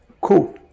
Cool